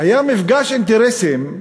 היה מפגש אינטרסים,